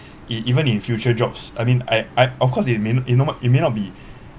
e~ even in future jobs I mean I I of course they may it not ma~ it may not be